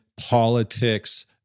politics